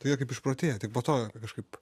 tai jo kaip išprotėję tik po to kažkaip